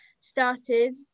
started